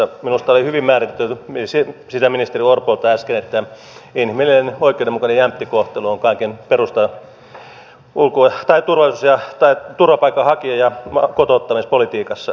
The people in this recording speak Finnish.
minusta oli hyvin määritelty sisäministeri orpolta äsken että inhimillinen oikeudenmukainen jämpti kohtelu on kaiken perusta turvapaikanhakija ja kotouttamispolitiikassa